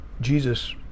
Jesus